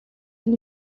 une